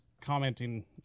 commenting